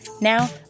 Now